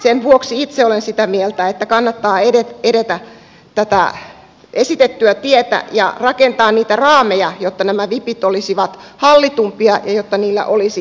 sen vuoksi itse olen sitä mieltä että kannattaa edetä tätä esitettyä tietä ja rakentaa niitä raameja jotta nämä vipit olisivat hallitumpia ja jotta niillä olisi pelisäännöt